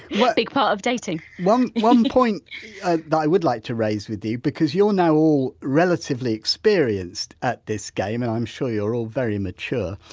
lulhambig part of dating um whiteone point that i would like to raise with you, because you're now all relatively experienced at this game and i'm sure you're all very mature,